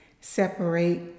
separate